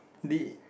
the